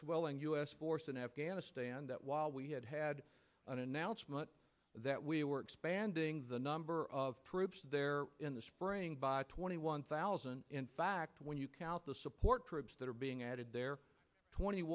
well and u s force in afghanistan that while we had had an announcement that we were expanding the number of troops there in the spring by twenty one thousand in fact when you count the support troops that are being added there twenty